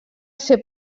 ser